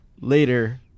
Later